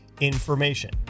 information